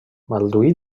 balduí